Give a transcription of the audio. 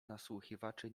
nasłuchiwaczy